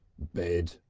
bed!